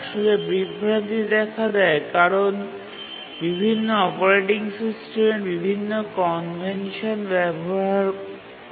আসলে বিভ্রান্তি দেখা দেয় কারণ বিভিন্ন অপারেটিং সিস্টেম বিভিন্ন কনভেনশন ব্যবহার করে